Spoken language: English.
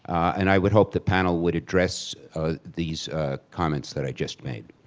and i would hope the panel would address these comments that i just made.